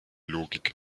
logik